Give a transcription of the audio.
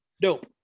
Dope